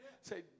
say